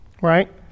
Right